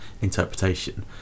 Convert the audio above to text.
interpretation